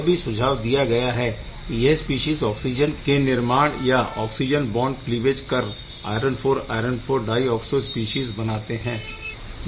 यह भी सुझाव दिया गया है की यह स्पीशीज़ ऑक्सिजन के निर्माण या ऑक्सिजन बॉन्ड क्लीवेज कर iron IV iron IV dioxo species बनाते है